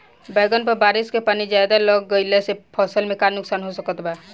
बैंगन पर बारिश के पानी ज्यादा लग गईला से फसल में का नुकसान हो सकत बा?